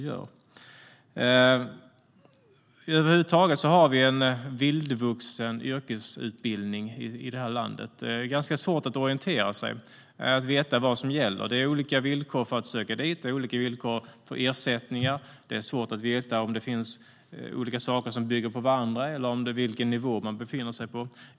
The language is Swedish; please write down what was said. Över huvud taget finns det en vildvuxen yrkesutbildning i det här landet. Det är svårt att orientera sig och veta vad som gäller. Det är olika villkor för att söka till olika utbildningar. Det är olika villkor för ersättningar. Det är svårt att veta om det finns olika utbildningar som bygger på varandra eller vilken nivå man befinner sig på.